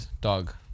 dog